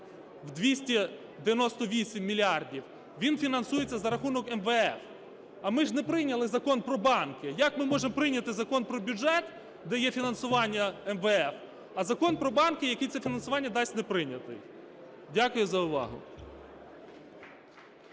в 298 мільярдів він фінансується за рахунок МВФ. А ми ж не прийняли Закон про банки. Як ми можемо прийняти Закон про бюджет, де є фінансування МВФ, а Закон про банки, який це фінансування дасть, не прийнятий. Дякую за увагу.